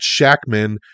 Shackman